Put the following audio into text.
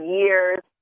years